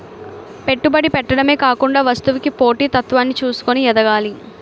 పెట్టుబడి పెట్టడమే కాకుండా వస్తువుకి పోటీ తత్వాన్ని చూసుకొని ఎదగాలి